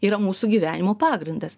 yra mūsų gyvenimo pagrindas